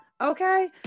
Okay